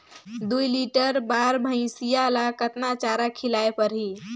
दुई लीटर बार भइंसिया ला कतना चारा खिलाय परही?